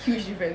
huge difference